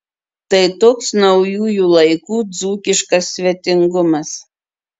tai toks naujųjų laikų dzūkiškas svetingumas